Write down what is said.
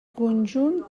conjunt